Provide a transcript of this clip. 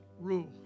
rule